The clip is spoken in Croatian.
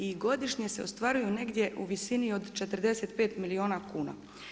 I godišnje se ostvaruju negdje u visini od 45 milijuna kuna.